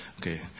Okay